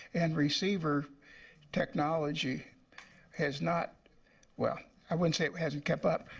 and receiver technology has not well, i won't say it hasn't kept up,